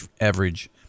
average